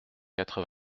quatre